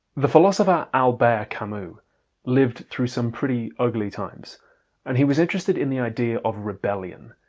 the philosopher albert camus lived through some pretty ugly times and he was interested in the idea of rebellion.